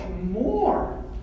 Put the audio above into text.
more